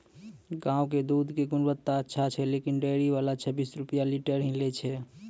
गांव के दूध के गुणवत्ता अच्छा छै लेकिन डेयरी वाला छब्बीस रुपिया लीटर ही लेय छै?